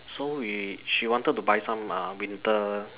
so we she wanted to buy some uh winter